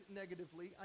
negatively